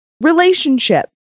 relationship